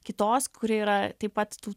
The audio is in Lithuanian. kitos kuri yra taip pat tų